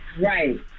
Right